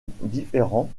différents